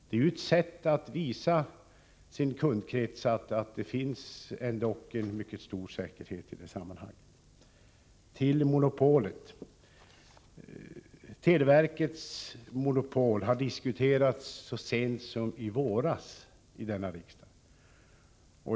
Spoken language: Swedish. Det är ett exempel på hur man kunnat visa att det finns en mycket stor säkerhet i det här sammanhanget. Så till frågan om monopolet: Televerkets monopol har diskuterats så sent som i våras här i riksdagen.